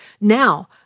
now